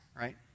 right